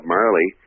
Marley